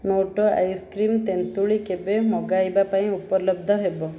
Noto ice cream ତେନ୍ତୁଳି କେବେ ମଗାଇବା ପାଇଁ ଉପଲବ୍ଧ ହେବ